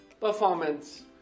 Performance